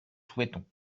souhaitons